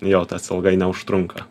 jo tas ilgai neužtrunka